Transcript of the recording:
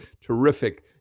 terrific